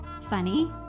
Funny